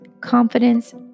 confidence